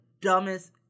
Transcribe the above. dumbest